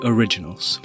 Originals